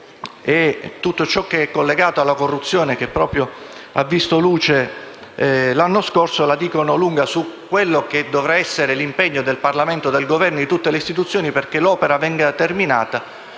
e tutto ciò che è collegato alla corruzione e che ha visto la luce l'anno scorso, la dicono lunga su quello che dovrà essere l'impegno del Parlamento, del Governo e di tutte le istituzioni perché l'opera venga certamente